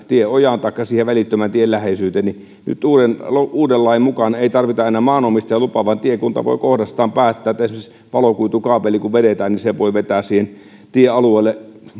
tie ojaan taikka siihen välittömään tien läheisyyteen nyt uuden uuden lain mukaan ei tarvita enää maanomistajan lupaa vaan tiekunta voi kohdastaan päättää että esimerkiksi kun valokuitukaapeli vedetään sen voi vetää siihen tiealueelle